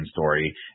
story